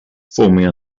forming